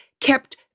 kept